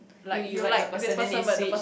you you like the person then they shift